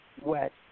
wet